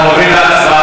אנחנו עוברים להצבעה.